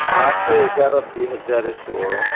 ଆଠ ଏଗାର ଦୁଇ ହଜାର ଷୋହଳ